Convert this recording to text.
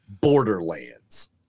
Borderlands